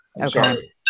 Okay